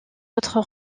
autres